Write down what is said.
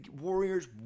Warriors